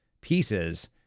pieces